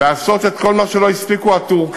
לעשות את כל מה שלא הספיקו הטורקים,